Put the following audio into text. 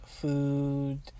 food